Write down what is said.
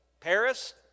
Paris